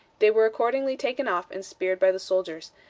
they were accordingly taken off and speared by the soldiers,